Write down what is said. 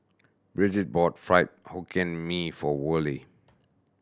Brigid bought Fried Hokkien Mee for Worley